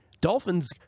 Dolphins